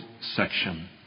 section